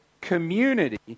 community